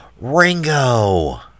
Ringo